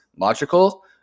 logical